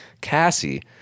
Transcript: Cassie